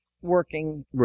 working